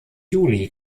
juli